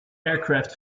aircraft